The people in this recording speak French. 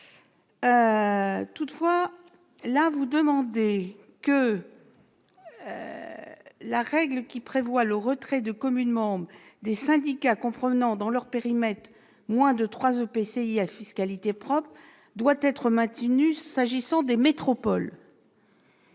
pas, mais vous demandez que la règle prévoyant le retrait des communes membres des syndicats comprenant dans leur périmètre moins de trois EPCI à fiscalité propre soit maintenue s'agissant des métropoles-